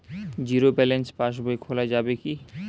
Zero balance পাশ বই খোলা যাবে কি?